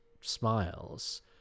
smiles